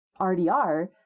rdr